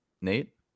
Nate